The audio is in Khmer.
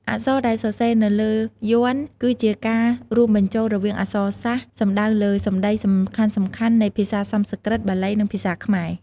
អក្សរដែលសរសេរនៅលើយន្តគឺជាការរួមបញ្ចូលរវាងអក្សរសាស្ត្រ សំដៅលើសំដីសំខាន់ៗ ពីភាសាសំស្ក្រឹត បាលី និងភាសាខ្មែរ។